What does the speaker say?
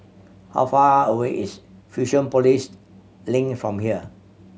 how far away is Fusionopolis Link from here